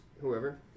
whoever